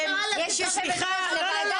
יש מנהלת לוועדה